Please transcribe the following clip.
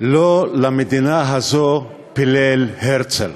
לא למדינה הזאת פילל הרצל.